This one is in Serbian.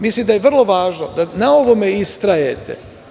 Mislim da je vrlo važno da na ovome istrajete.